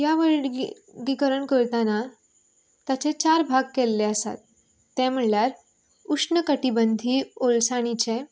ह्या वर्गीकरण करतना ताचे चार भाग केल्ले आसा ते म्हळ्यार उश्ण कठिबंधी ओलसाणीचें